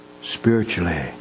spiritually